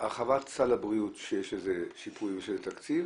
הרחבת סל הבריאות, יש לזה שיפוי ותקציב,